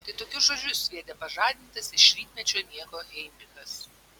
tai tokius žodžius sviedė pažadintas iš rytmečio miego heinrichas